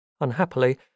Unhappily